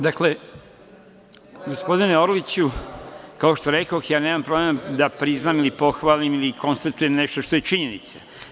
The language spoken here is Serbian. Dakle, gospodine Orliću, kao što rekoh, ja nemam problem da priznam ili pohvalim ili konstatujem nešto što je činjenica.